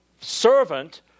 servant